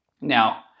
Now